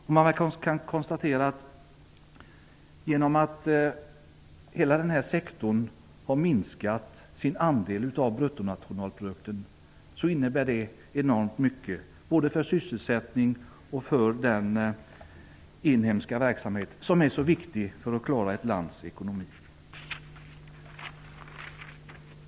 Man kan konstatera att genom att hela den här sektorn har minskat sin andel av bruttonationalprodukten innebär det enormt mycket både för sysselsättning och för den inhemska verksamhet som är så viktig för att klara ett lands ekonomi.